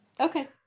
Okay